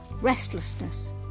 Restlessness